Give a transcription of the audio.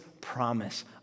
promise